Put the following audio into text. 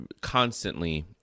constantly